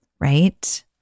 right